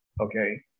Okay